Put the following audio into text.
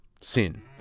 sin